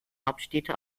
hauptstädte